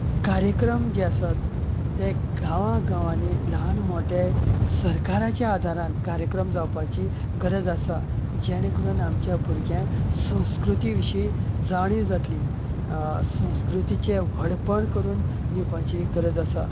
कार्यक्रम जे आसात ते गांवां गांवांनी ल्हान मोठे सरकाराच्या आधारान कार्यक्रम जावपाची गरज आसा जेणे करून आमच्या भुरग्यांक संस्कृती विशी जाणीव जातली संस्कृतीचे व्हडपण करून दिवपाची गरज आसा